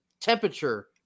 temperature